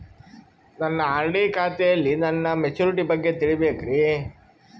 ನನ್ನ ಆರ್.ಡಿ ಖಾತೆಯಲ್ಲಿ ನನ್ನ ಮೆಚುರಿಟಿ ಬಗ್ಗೆ ತಿಳಿಬೇಕ್ರಿ